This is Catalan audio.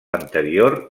anterior